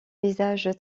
visage